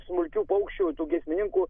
smulkių paukščių giesmininkų